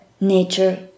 nature